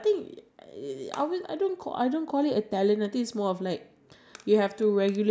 I think you can only sell your art a if it's like good it or like something